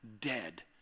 dead